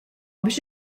biex